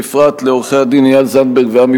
בפרט לעורכי-הדין איל זנדברג ועמי